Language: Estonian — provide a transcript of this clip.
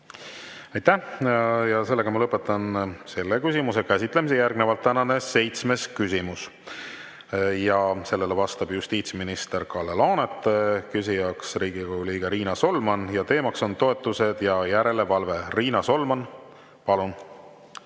Aitäh! Ma lõpetan selle küsimuse käsitlemise. Järgnevalt tänane seitsmes küsimus. Sellele vastab justiitsminister Kalle Laanet, küsija on Riigikogu liige Riina Solman ning teema on toetused ja järelevalve. Riina Solman, palun!